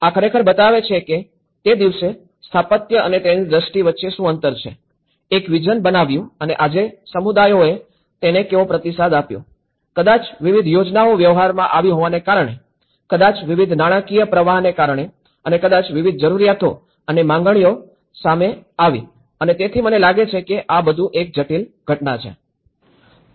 તેથી આ ખરેખર બતાવે છે કે તે દિવસે સ્થાપત્ય અને તેની દ્રષ્ટિ વચ્ચે શું અંતર છે એક વિઝન બનાવ્યું અને આજે સમુદાયોએ તેને કેવો પ્રતિસાદ આપ્યો છે કદાચ વિવિધ યોજનાઓ વ્યવહારમાં આવી હોવાને કારણે કદાચ વિવિધ નાણાકીય પ્રવાહને કારણે અને કદાચ વિવિધ જરૂરિયાતો અને માંગણીઓ સામે આવી અને તેથી મને લાગે છે કે આ બધું એક જટિલ ઘટના છે